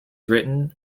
written